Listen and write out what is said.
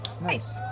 Nice